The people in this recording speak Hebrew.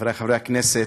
חברי חברי הכנסת,